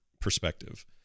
perspective